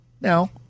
Now